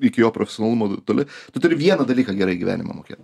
iki jo profesionalumo toli tu turi vieną dalyką gerai gyvenime mokėt